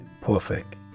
perfect